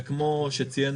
וכמו שציין